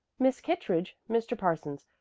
miss kittredge, mr. parsons.